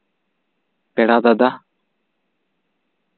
ᱯᱮᱲᱟ ᱫᱟᱫᱟ